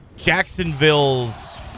Jacksonville's